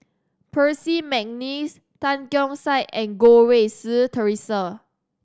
Percy McNeice Tan Keong Saik and Goh Rui Si Theresa